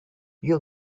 you